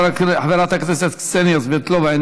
חברת הכנסת קסניה סבטלובה,